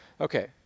Okay